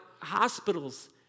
hospitals